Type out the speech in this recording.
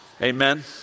Amen